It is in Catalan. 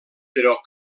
però